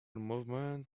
movement